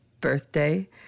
birthday